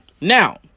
Now